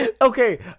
Okay